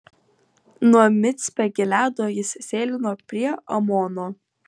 nuo micpe gileado jis sėlino prie amono